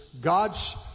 God's